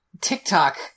TikTok